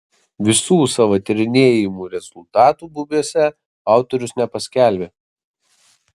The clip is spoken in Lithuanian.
visų savo tyrinėjimų rezultatų bubiuose autorius nepaskelbė